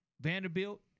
Vanderbilt